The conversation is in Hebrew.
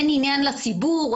אין עניין לציבור.